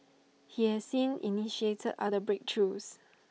he has since initiated other breakthroughs